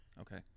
Okay